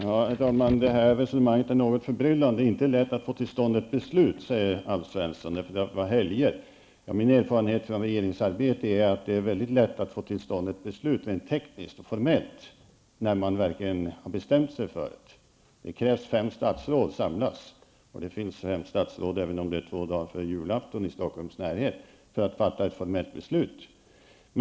Herr talman! Det här resonemanget är något förbryllande. Det var inte lätt att få till stånd ett beslut, säger Alf Svensson, för det var helger. Min erfarenhet av regeringsarbete är att det är mycket lätt att få till stånd ett beslut rent tekniskt och formellt, när man verkligen har bestämt sig för något. Det krävs att fem statsråd samlas. Det finns fem statsråd, även om det är två dagar före julafton, i Stockholms närhet, så det går att fatta ett formellt beslut.